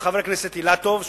של חבר הכנסת אילטוב,